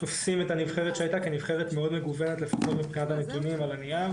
תופסים את הנבחרת שהייתה כנבחרת מאוד מגוונת מבחינת הנתונים על הנייר.